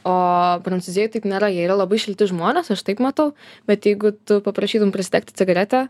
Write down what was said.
o prancūzijoj taip nėra jie yra labai šilti žmonės aš taip matau bet jeigu tu paprašytum prisidegti cigaretę